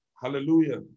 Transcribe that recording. Hallelujah